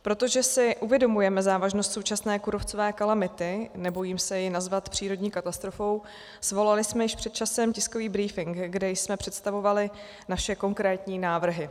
Protože si uvědomujeme závažnost současné kůrovcové kalamity, nebojím se ji nazvat přírodní katastrofou, svolali jsme již před časem tiskový brífink, kde jsme představovali naše konkrétní návrhy.